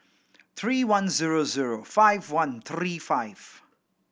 three one zero zero five one three five